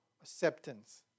acceptance